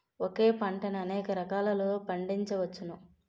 ఒకే పంటని అనేక రకాలలో పండించ్చవచ్చును